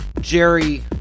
Jerry